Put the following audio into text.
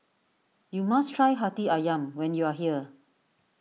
you must try Hati Ayam when you are here